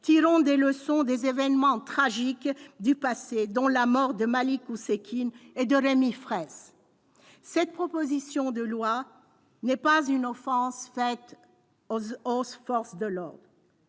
Tirons des leçons des événements tragiques du passé, dont les morts de Malik Oussekine et de Rémi Fraisse. Cette proposition de loi n'est pas une offense faite aux forces de l'ordre